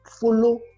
follow